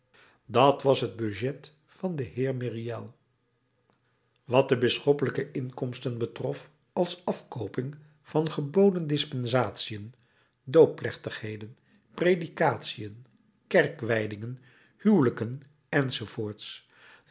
dat was het budget van den heer myriel wat de bisschoppelijke inkomsten betrof als afkooping van geboden dispensatiën doopplechtigheden predikatiën kerkwijdingen huwelijken